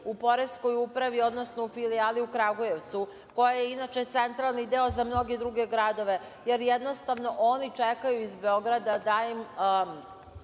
u poreskoj upravi, odnosno u filijali u Kragujevcu, koja je inače centralni deo za mnoge druge gradove, jer oni jednostavno čekaju iz Beograda da im